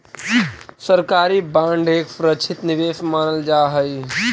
सरकारी बांड एक सुरक्षित निवेश मानल जा हई